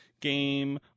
game